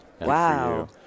Wow